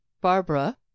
Barbara